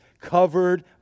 covered